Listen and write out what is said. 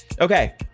Okay